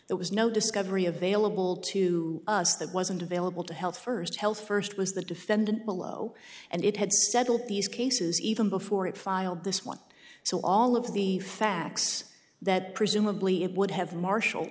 there was no discovery available to us that wasn't available to health first health first was the defendant below and it had settled these cases even before it filed this one so all of the facts that presumably it would have marshall